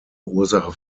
ursache